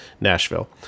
Nashville